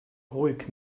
ruhig